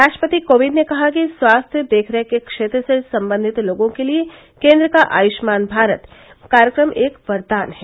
राष्ट्रपति कोविंद ने कहा कि स्वास्थ्य देखरेख के क्षेत्र से संबंधित लोगों के लिए केन्द्र का आयभान भारत कार्यक्रम एक वरदान है